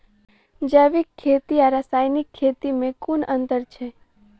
जैविक खेती आ रासायनिक खेती मे केँ अंतर छै?